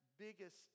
biggest